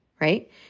right